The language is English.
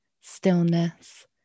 stillness